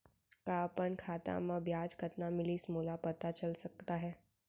का अपन खाता म ब्याज कतना मिलिस मोला पता चल सकता है?